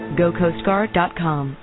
gocoastguard.com